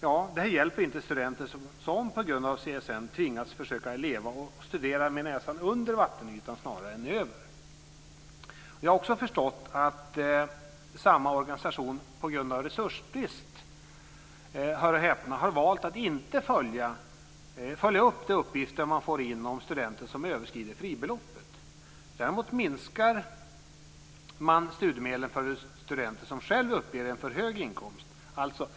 Ja, detta hjälper inte studenter som på grund av CSN tvingas försöka leva och studera med näsan under vattenytan snarare än över. Jag har också förstått att samma organisation på grund av resursbrist - hör och häpna! - valt att inte följa upp uppgifter som man får in om studenter som överskrider fribeloppet. Däremot minskar man studiemedlen för studenter som själva uppger en för hög inkomst.